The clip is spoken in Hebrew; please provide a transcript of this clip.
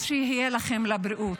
אז שיהיה לכם לבריאות.